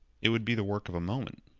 it would be the work of a moment.